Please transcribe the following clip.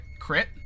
crit